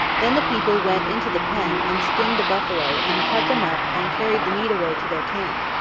then the people went into the pen and skinned the buffalo and cut them up and carried the meat away to their camp.